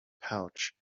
pouch